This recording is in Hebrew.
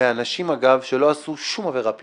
מאנשים שלא עשו שום עבירה פלילית.